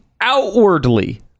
outwardly